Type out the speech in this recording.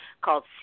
called